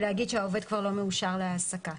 ולהגיד שהעובד כבר לא מאושר להעסקה.